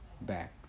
back